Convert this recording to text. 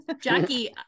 Jackie